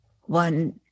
one